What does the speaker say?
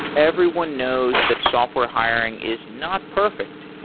everyone knows that software hiring is not perfect.